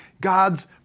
God's